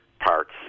parts